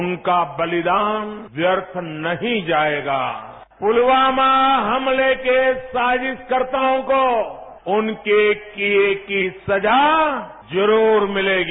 उनका बलिदान व्यर्थ नहीं जाएगा पुलवामा हमले के साजिशकर्ताओं को उनके किए की सजा जरूर मिलेगी